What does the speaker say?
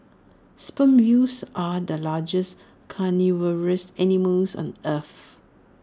sperm whales are the largest carnivorous animals on earth